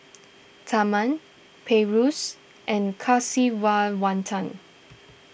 Tharman Peyush and Kasiviswanathan